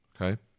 okay